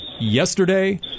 yesterday